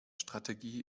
strategie